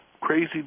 crazy